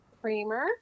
creamer